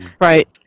Right